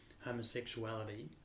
homosexuality